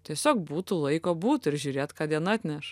tiesiog būtų laiko būt ir žiūrėt ką diena atneš